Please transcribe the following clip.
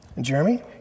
Jeremy